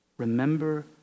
Remember